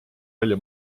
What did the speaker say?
välja